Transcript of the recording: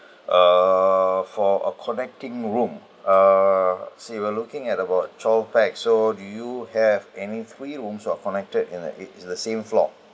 err for a connecting room err you see we're looking at about twelve pax so do you have any three rooms of connected in the it in the same floor